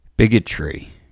Bigotry